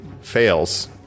fails